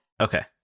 Okay